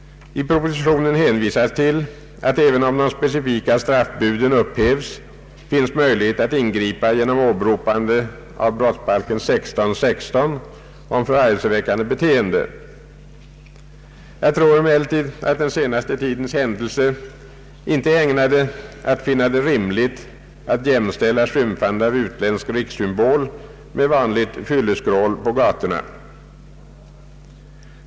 I propositionen hänvisas till att det, även om de specifika straffbuden upphävs, finns möjlighet att ingripa genom åberopande av brottsbalkens 16 kap. 16 §& om förargelseväckande beteende. Jag tror emellertid att den senaste tidens händelser inte är ägnade att göra det rimligt att jämställa skymfande av utländsk rikssymbol med vanligt fylleskrål på gatorna.